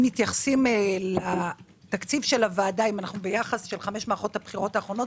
אם מתייחסים לתקציב של הוועדה נוכח 5 מערכות הבחירות האחרונות,